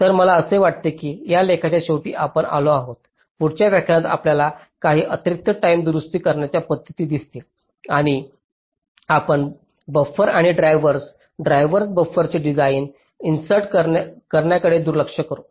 तर मला असे वाटते की या लेखाच्या शेवटी आपण आलो आहोत पुढच्या व्याख्यानात आपल्याला काही अतिरिक्त टाईम दुरुस्त करण्याच्या पद्धती दिसतील आणि आपण बफर आणि ड्रायव्हर्स ड्रायव्हर्स बफरचे डिझाइन इन्सर्ट करण्याकडे दुर्लक्ष करू